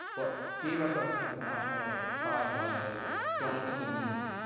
what gave us our sense of nationalistic pride was going to the moon,